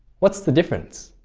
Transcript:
what's the difference?